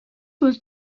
was